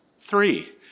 Three